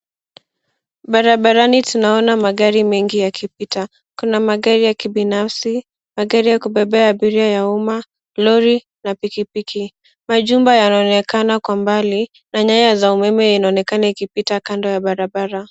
Barabarani tunaona magari mengi yakipita. Kuna magari ya kibinafsi, magari ya kubebea abiria ya umma, lori, na pikipiki. Majumba yanaonekana kwa mbali, na nyaya za umeme inaonekana ikipita kando ya barabara.